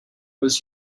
was